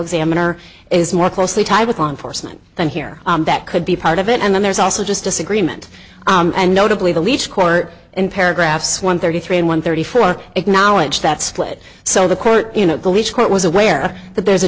examiner is more closely tied with law enforcement than here that could be part of it and then there's also just disagreement and notably the leach court in paragraphs one thirty three and one thirty four acknowledge that split so the court you know the each court was aware that there's a